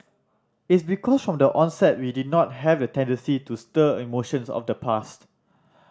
it's because of the onset we did not have the tendency to stir emotions of the past